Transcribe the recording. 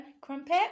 Crumpet